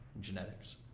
genetics